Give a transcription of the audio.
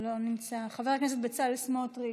לא נמצא, חבר הכנסת בצלאל סמוטריץ'